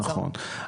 נכון.